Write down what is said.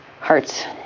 hearts